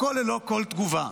הכול ללא כל תגובה.